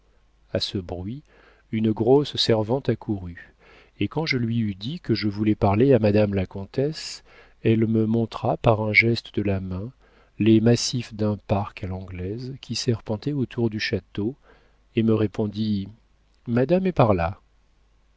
a ce bruit une grosse servante accourut et quand je lui eus dit que je voulais parler à madame la comtesse elle me montra par un geste de main les massifs d'un parc à l'anglaise qui serpentait autour du château et me répondit madame est par